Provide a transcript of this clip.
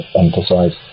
emphasize